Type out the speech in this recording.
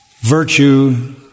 virtue